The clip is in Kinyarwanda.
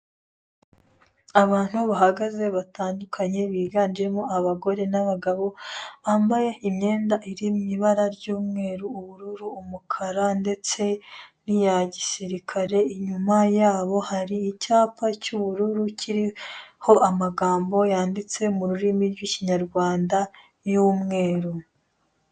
Abantu bahagaze batandukanye biganjemo abagore n'abagabo, bambaye imyenda iri mu ibara ry'umweru, ubururu, umukara ndetse n'iya gisirikare, inyuma yabo hari icyapa cy'ubururu kiriho amagambo yanditse mu rurimi rw'Ikinyarwanda y'umweru.